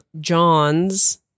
Johns